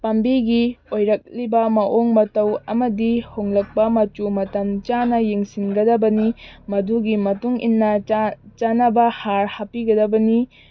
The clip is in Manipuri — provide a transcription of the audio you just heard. ꯄꯥꯝꯕꯤꯒꯤ ꯑꯣꯏꯔꯛꯂꯤꯕ ꯃꯑꯣꯡ ꯃꯇꯧ ꯑꯃꯗꯤ ꯍꯣꯡꯂꯛꯄ ꯃꯆꯨ ꯃꯇꯝ ꯆꯥꯅ ꯌꯦꯡꯁꯤꯟꯒꯗꯕꯅꯤ ꯃꯗꯨꯒꯤ ꯃꯇꯨꯡꯏꯟꯅ ꯆꯥꯟꯅꯕ ꯍꯥꯔ ꯍꯥꯞꯄꯤꯒꯗꯕꯅꯤ